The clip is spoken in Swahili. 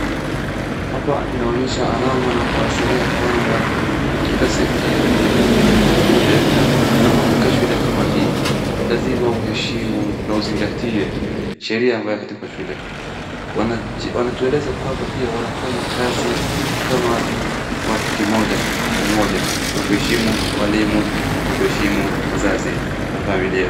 Hapa inaonyesha alama na kuashiria kwamba katika sekta muhimu ya shule, unapofika shule kama hii, lazima uheshimu na uzingatie sheria ambayo iko katika shule. Wanatueleza pia wanafanya kazi kama watu kimoja kwa umoja na kuheshimu walimu na kuheshimu wazazi na familia.